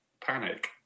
panic